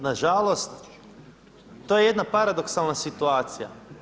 Nažalost, to je jedna paradoksalna situacija.